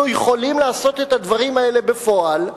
אנחנו יכולים לעשות את הדברים האלה בפועל,